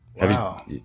Wow